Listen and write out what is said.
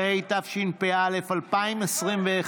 13), התשפ"א 2021,